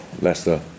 Leicester